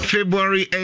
February